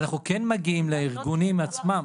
אנחנו כן מגיעים לארגונים עצמם.